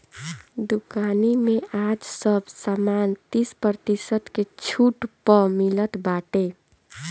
दुकानी में आज सब सामान तीस प्रतिशत के छुट पअ मिलत बाटे